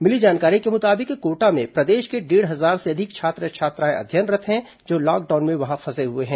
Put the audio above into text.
मिली जानकारी के मुताबिक कोटा में प्रदेश के डेढ़ हजार से अधिक छात्र छात्राएं अध्ययनरत् हैं जो लॉकडाउन में वहां फंसे हुए हैं